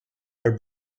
her